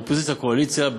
אופוזיציה-קואליציה,